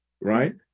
Right